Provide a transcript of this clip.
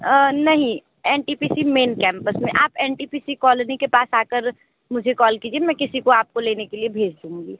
नहीं N T P C main campus में आप N T P C colony के पास आकर मुझे कॉल कीजिए मैं किसी को आपको लेने के लिए भेज दूंगी